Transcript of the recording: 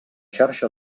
xarxa